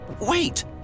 Wait